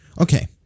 Okay